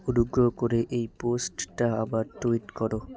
অনুগ্রহ করে এই পোস্টটা আবার টুইট করো